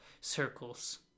circles